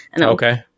Okay